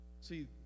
see